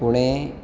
Pune